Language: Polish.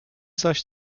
zaś